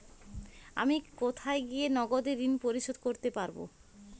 আমি কোথায় গিয়ে নগদে ঋন পরিশোধ করতে পারবো?